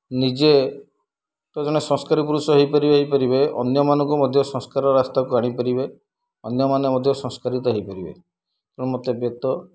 ନିଜେ ତ ଜଣେ ସଂସ୍କାରି ପୁରୁଷ ହୋଇପାରିବେ ହୋଇପାରିବେ ଅନ୍ୟମାନଙ୍କୁ ମଧ୍ୟ ସଂସ୍କାର ରାସ୍ତାକୁ ଆଣିପାରିବେ ଅନ୍ୟମାନେ ମଧ୍ୟ ସଂସ୍କାରିତ ହୋଇପାରିବେ ତେଣୁ ମୋତେ ବେଦ